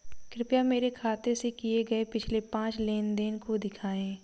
कृपया मेरे खाते से किए गये पिछले पांच लेन देन को दिखाएं